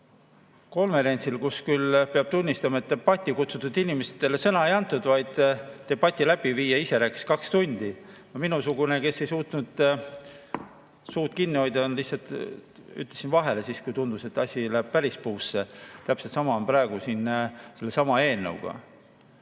energiakonverentsil, kus küll, peab tunnistama, debatti kutsutud inimestele sõna ei antud, vaid debati läbiviija ise rääkis kaks tundi. Minusugune, kes ei suutnud suud kinni hoida, lihtsalt ütlesin vahele, siis kui tundus, et asi läheb päris puusse. Täpselt sama on praegu siin sellesama eelnõuga.